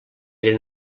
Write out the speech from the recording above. eren